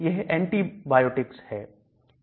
यह एंटीबायोटिक्स है